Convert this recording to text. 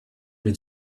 been